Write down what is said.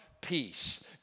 peace